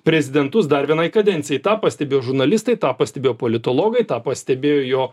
prezidentus dar vienai kadencijai tą pastebėjo žurnalistai tą pastebėjo politologai tą pastebėjo jo